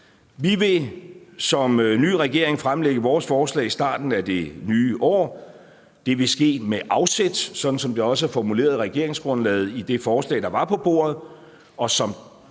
Vi vil som ny regering fremsætte vores forslag i starten af det nye år. Det vil ske med afsæt – sådan som det også er formuleret i regeringsgrundlaget – i det forslag, der var på bordet,